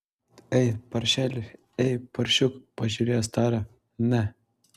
ei paršeli ei paršiuk pažiūrėjęs tarė ne